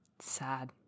Sad